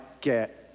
get